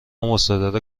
مصادره